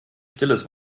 stilles